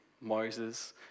Moses